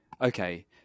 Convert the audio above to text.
okay